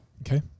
Okay